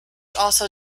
also